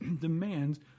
demands